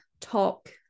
talk